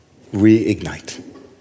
reignite